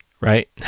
right